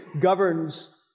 governs